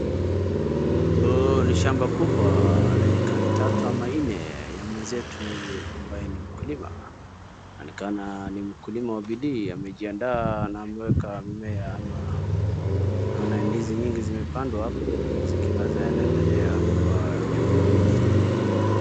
Ni shamba kubwa la ekari tatu ama nne ya mwenzetu ambaye ni mkulima. Anaonekana nimkulima wa bidii amejianda na ameweka mimiea ama naona ndizi nyingi zimepandwa hapo zikiwa zikiendelea kupaa juu.